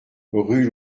rue